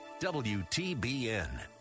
WTBN